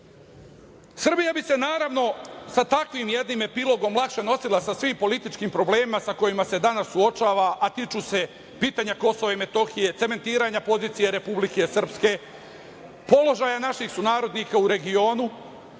bi se, naravno, sa takvim jednim epilogom lakše nosila sa svim političkim problemima sa kojima se danas suočava, a tiču se pitanja KiM, cementiranja pozicije Republike Srpske, položaja naših sunarodnika u regionu